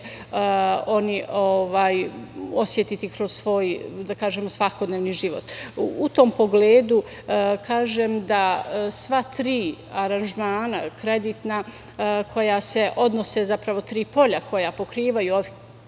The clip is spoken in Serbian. oni osetiti kroz svoj svakodnevni život.U tom pogledu, kažem da sva tri aranžmana kreditna koja se odnose, zapravo tri polja koja pokrivaju,